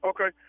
Okay